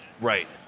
right